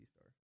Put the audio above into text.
star